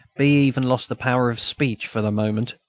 b. even lost the power of speech for the moment.